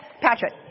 Patrick